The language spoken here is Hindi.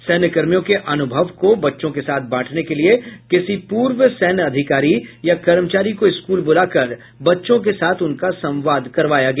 सैन्यकर्मियों के अनुभव को बच्चों के साथ बांटने के लिये किसी पूर्व सैन्य अधिकारी या कर्मचारी को स्कूल बुलाकर बच्चों के साथ उनका संवाद करवाया गया